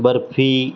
barfi